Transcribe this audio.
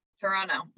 Toronto